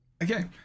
Okay